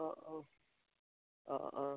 অঁ অঁ অঁ অঁ